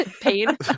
pain